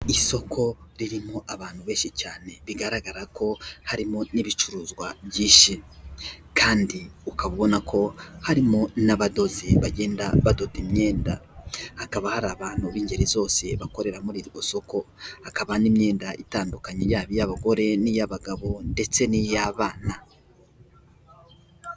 Isoko ririmo abantu benshi cyane bigaragarako harimo n'ibicuruzwa byinshi, kandi ukaba ubonako harimo n'abadozi bagenda badoda imyenda, hakaba hari abantu b'ingeri zose bakorera muri iryo soko, hakaba n'imyenda itandukanye yaba iy'abagore n'iy'abagabo, ndetse n'iy'abana.